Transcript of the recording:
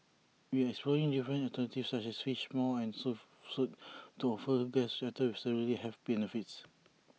we are exploring different alternatives such as Fish Maw and Seafood Soup to offer guests items with similar health benefits